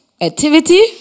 activity